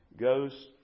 goes